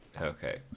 Okay